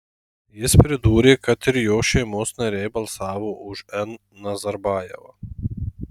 jis pridūrė kad ir jo šeimos nariai balsavo už n nazarbajevą